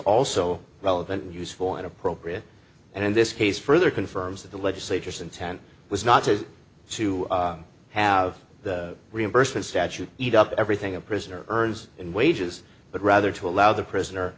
also relevant and useful and appropriate and in this case further confirms that the legislature's intent was not to to have reimbursement statute eat up everything a prisoner earns in wages but rather to allow the prisoner